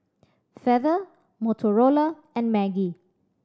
Feather Motorola and Maggi